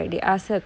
mm